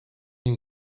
and